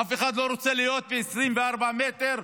אף אחד לא רוצה לחיות ב-24 מטר,